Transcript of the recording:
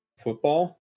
football